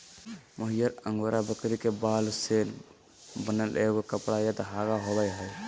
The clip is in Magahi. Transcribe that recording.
मोहायर अंगोरा बकरी के बाल से बनल एगो कपड़ा या धागा होबैय हइ